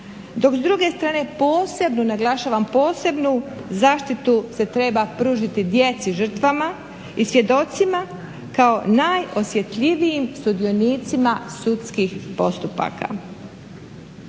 dok s druge strane posebno naglašavam posebnu zaštitu se treba pružiti djeci žrtvama i svjedocima kao najosjetljivijim sudionicima sudskih postupaka.